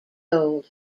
old